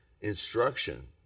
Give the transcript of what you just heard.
instruction